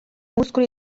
muscoli